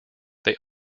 they